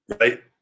right